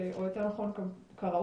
או יותר נכון כראוי.